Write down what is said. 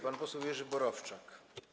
Pan poseł Jerzy Borowczak.